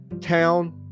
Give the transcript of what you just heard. town